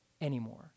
anymore